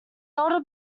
older